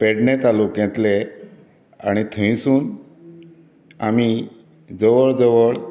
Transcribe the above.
पेडणें तालुक्यांतले आनी थंयसून आमी जवळ जवळ